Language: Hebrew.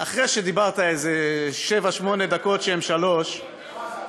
אחרי שדיברת איזה שבע-שמונה דקות שהן שלוש, מה,